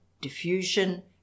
diffusion